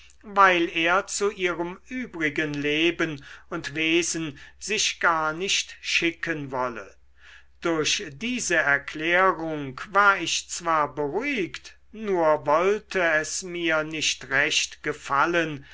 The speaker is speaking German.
weil er zu ihrem übrigen leben und wesen sich gar nicht schicken wolle durch diese erklärung war ich zwar beruhigt nur wollte es mir nicht recht gefallen